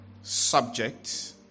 subject